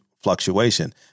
fluctuation